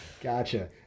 Gotcha